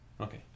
okay